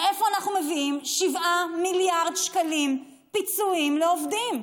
מאיפה אנחנו מביאים 7 מיליארד שקלים פיצויים לעובדים?